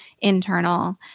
internal